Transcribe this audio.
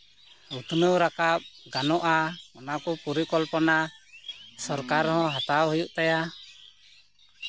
ᱩᱛᱱᱟᱹᱣ ᱨᱟᱠᱟᱵ ᱜᱟᱱᱚᱜᱼᱟ ᱚᱱᱟ ᱠᱚ ᱯᱚᱨᱤᱠᱚᱞᱯᱚᱱᱟ ᱥᱚᱨᱠᱟᱨ ᱦᱚᱸ ᱦᱟᱛᱟᱣ ᱦᱩᱭᱩᱜ ᱛᱟᱭᱟ